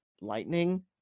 Lightning